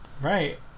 Right